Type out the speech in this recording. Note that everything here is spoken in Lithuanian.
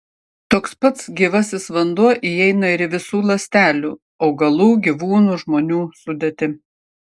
toks pats gyvasis vanduo įeina ir į visų ląstelių augalų gyvūnų žmonių sudėtį